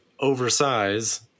oversize